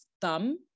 thumb